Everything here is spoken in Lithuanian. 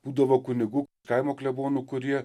būdavo kunigų kaimo klebonų kurie